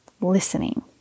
listening